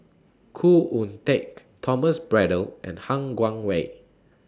Khoo Oon Teik Thomas Braddell and Han Guangwei